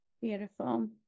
Beautiful